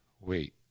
wait